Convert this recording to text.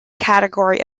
category